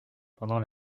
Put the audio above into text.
pendant